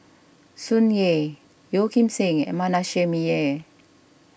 Tsung Yeh Yeo Kim Seng and Manasseh Meyer